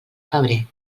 febrer